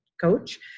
coach